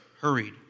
Hurried